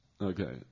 okay